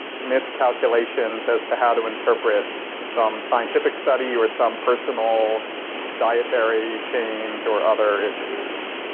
miscalculations as to how to interpret some scientific study or some personal dietary change or other issues.